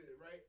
right